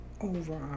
over